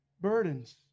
burdens